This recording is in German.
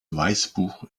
weißbuch